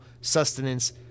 sustenance